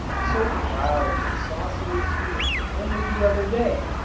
so proud and saucily tooting only the other day,